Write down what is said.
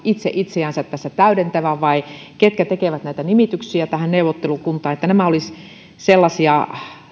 itse itseänsä tässä täydentävä vai ketkä tekevät nimityksiä tähän neuvottelukuntaan nämä olisivat sellaisia